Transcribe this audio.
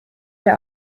dir